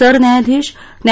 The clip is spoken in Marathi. सरन्यायाधीश न्या